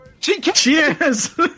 Cheers